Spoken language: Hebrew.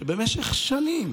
שבמשך שנים